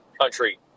country